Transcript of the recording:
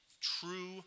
true